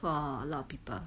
for a lot of people